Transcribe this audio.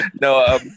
No